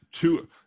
two –